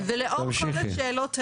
--- כל זמן שעושים תיקון לפקודת התעבורה,